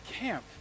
camp